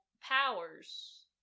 powers